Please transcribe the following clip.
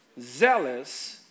zealous